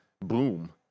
boom